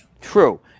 True